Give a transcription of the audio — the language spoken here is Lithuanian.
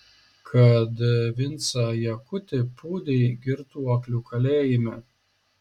kad vincą jakutį pūdei girtuoklių kalėjime